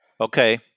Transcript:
Okay